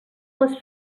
les